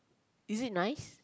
is it nice